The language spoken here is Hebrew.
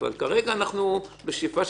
כי זה התפקיד שלכם.